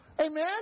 Amen